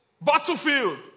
battlefield